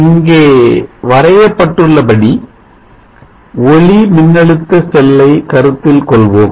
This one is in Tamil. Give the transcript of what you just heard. இங்கே வரையப்பட்டுள்ளபடி ஒளிமின்னழுத்த செல்லை கருத்தில் கொள்வோம்